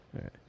right